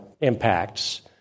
impacts